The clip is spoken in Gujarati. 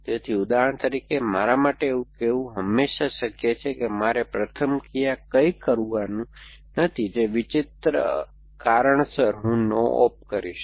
તેથી ઉદાહરણ તરીકે મારા માટે એવું કહેવું હંમેશા શક્ય છે કે મારે પ્રથમ ક્રિયા કંઈ કરવાનું નથી કેટલાક વિચિત્ર કારણોસર હું નો ઑપ કરીશ